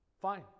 Fine